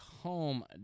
home